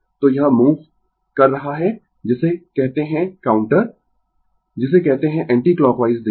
तो यह मूव कर रहा है जिसे कहते है काउंटर जिसे कहते है एंटीकलॉकवाइज दिशा